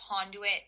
conduit